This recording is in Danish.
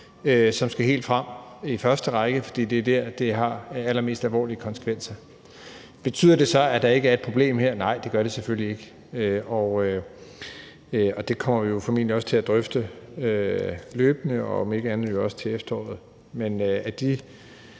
som skal helt frem i første række, fordi det er der, det har allermest alvorlige konsekvenser. Betyder det så, at der ikke er et problem her? Nej, det gør det selvfølgelig ikke. Og det kommer vi formentlig også til at drøfte løbende, om ikke andet jo også til efteråret. Men ud